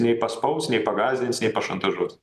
nei paspaus nei pagąsdins nei pašantažuos